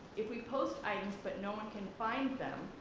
if we post items, but no one can find them,